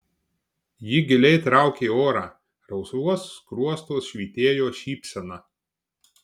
ji giliai traukė orą rausvuos skruostuos švytėjo šypsena